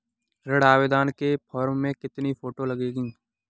ऋण आवेदन के फॉर्म में कितनी फोटो लगेंगी?